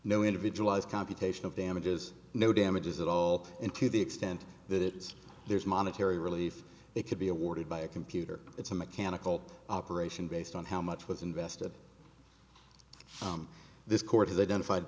no individualized computation of damages no damages at all in to the extent that it is there's monetary relief it could be awarded by a computer it's a mechanical operation based on how much was invested from this court has identified